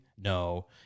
No